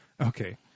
Okay